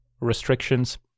restrictions